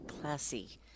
classy